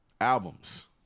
albums